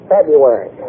February